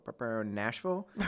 Nashville